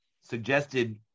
suggested